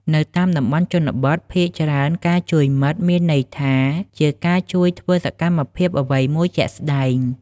នៅតាមតំបន់ជនបទ ភាគច្រើនការជួយមិត្តមានន័យថា ជាការជួយធ្វើសកម្មភាពអ្វីមួយជាក់ស្ដែង។